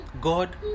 God